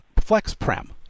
flex-prem